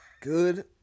good